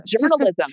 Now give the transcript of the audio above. journalism